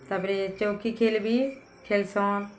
ତା'ପରେ ଚୌକି ଖେଲ୍ ବିି ଖେଲ୍ସନ୍